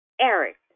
Eric